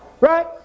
Right